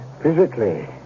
physically